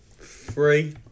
three